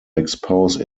expose